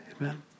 Amen